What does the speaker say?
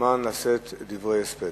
מוזמן לשאת דברי הספד.